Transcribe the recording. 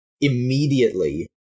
immediately